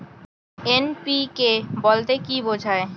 NPK বলতে কী বোঝায়?